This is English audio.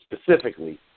specifically